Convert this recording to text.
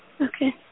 Okay